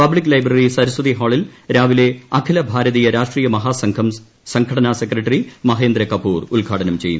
public library Saraswati ഹാളിൽ രാവിലെ അഖില ഭാരതീയ രാഷ്ട്രീയ മഹാസംഘം സ്ത്രിച്ചടന സെക്രട്ടറി മഹേന്ദ്ര കപൂർ ഉദ്ഘാടനംചെയ്യും